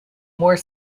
more